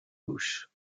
gauche